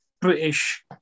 British